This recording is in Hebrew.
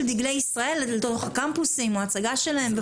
דגלי ישראל אל תוך הקמפוסים או הצגה שלהם.